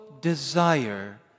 desire